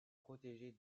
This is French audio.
protégée